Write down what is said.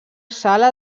sala